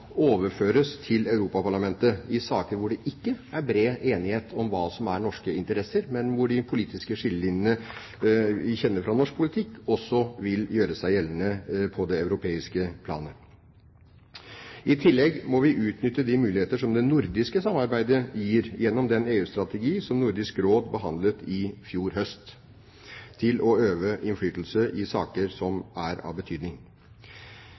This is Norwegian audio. overføres til Europaparlamentet i saker der det ikke er bred enighet om hva som er norske interesser, men hvor de politiske skillelinjene vi kjenner fra norsk politikk, også vil gjøre seg gjeldende på det europeiske plan. I tillegg må vi utnytte de muligheter det nordiske samarbeidet gir, gjennom den EU-strategi som Nordisk Råd behandlet i fjor høst, til å øve innflytelse i saker som er av betydning.